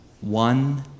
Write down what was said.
one